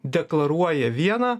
deklaruoja vieną